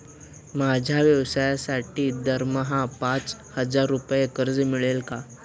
माझ्या व्यवसायासाठी दरमहा पाच हजार रुपये कर्ज मिळेल का?